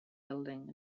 building